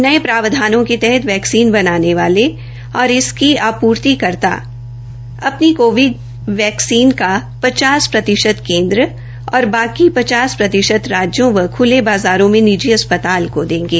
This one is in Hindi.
नए प्रावधानों के तहत वैक्सीन बनाने वाले और आपूर्तिकर्ता अपनी कोविड वैक्सीन का पचास प्रतिशत केन्द्र को और पचास प्रतिशत राज्य सरकारों तथा ख्ले बाजार में निजी अस्पतालों को देंगे